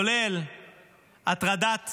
כולל הטרדת